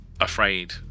afraid